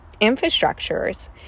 infrastructures